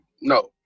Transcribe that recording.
No